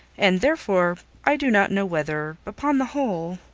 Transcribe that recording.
and, therefore, i do not know whether, upon the whole,